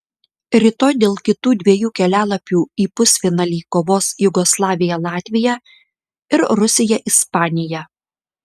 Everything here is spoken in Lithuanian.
rytoj dėl kitų dviejų kelialapių į pusfinalį kovos jugoslavija latvija ir rusija ispanija